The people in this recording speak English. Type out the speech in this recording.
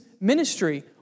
ministry